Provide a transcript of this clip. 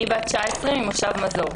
אני בת 19 ממושב מזור.